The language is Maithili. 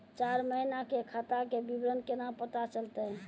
चार महिना के खाता के विवरण केना पता चलतै?